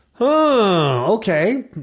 Okay